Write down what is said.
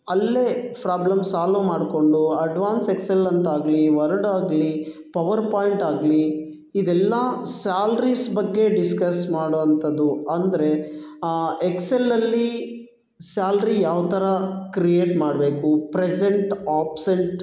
ಅಲ್ಲೇ problem solve ಮಾಡಿಕೊಂಡು advance Excel ಅಂತಾಗಲಿ ವರ್ಡ್ ಆಗಲಿ ಪವರ್ಪಾಂಯ್ಟ್ ಆಗಲಿ ಇದೆಲ್ಲ ಸ್ಯಾಲ್ರಿಸ್ ಬಗ್ಗೆ ಡಿಸ್ಕಸ್ ಮಾಡೋ ಅಂಥದ್ದು ಅಂದರೆ ಆ ಎಕ್ಸೆಲ್ನಲ್ಲಿ ಸ್ಯಾಲ್ರಿ ಯಾವ ಥರ ಕ್ರಿಯೇಟ್ ಮಾಡಬೇಕು ಪ್ರೆಸೆಂಟ್ ಒಬ್ಸೆಂಟ್